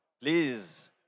Please